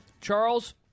Charles